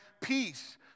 peace